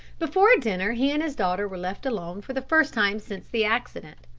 before dinner he and his daughter were left alone for the first time since the accident.